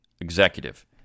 executive